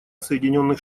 соединенных